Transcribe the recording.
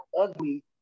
ugly